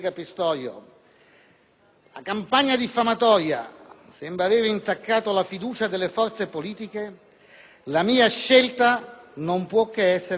la campagna diffamatoria sembrava aver intaccato la fiducia delle forze politiche e che la sua scelta non poteva che essere quella,